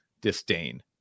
disdain